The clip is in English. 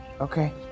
Okay